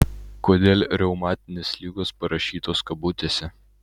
kodėl reumatinės ligos parašytos kabutėse